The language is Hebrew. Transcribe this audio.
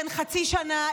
בן חצי שנה,